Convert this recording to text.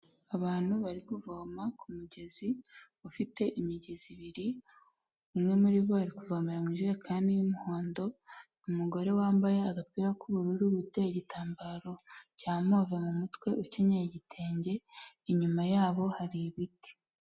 Abantu bari kuvoma kumugezi ufite imigezi ibiri, umwe muri bo kuvomera mujere y'umuhondo, umugore wambaye agapira k'ubururu witeye igitambaro cya move mu mutwe ukenyeye igitenge inyuma yabo hari ibiti.